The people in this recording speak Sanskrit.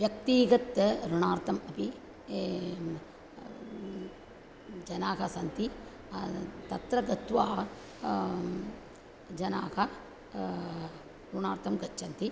व्यक्तिगत ऋणार्थम् अपि ए जनाः सन्ति तत्र गत्वा जनाः ऋणार्थं गच्छन्ति